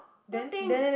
what thing